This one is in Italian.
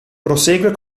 prosegue